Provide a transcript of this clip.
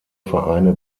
vereine